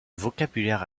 vocabulaire